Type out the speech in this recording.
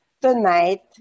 tonight